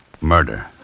Murder